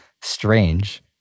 strange